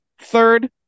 third